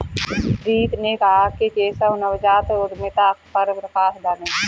प्रीति ने कहा कि केशव नवजात उद्यमिता पर प्रकाश डालें